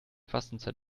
fastenzeit